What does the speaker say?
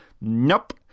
Nope